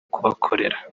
kubakorera